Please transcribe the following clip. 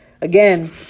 Again